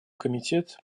комитет